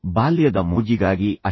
ಬಾಲ್ಯದ ಮೋಜಿಗಾಗಿ ಅಷ್ಟೇ